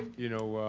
you know,